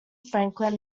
franklin